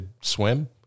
swim